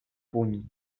puny